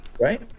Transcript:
Right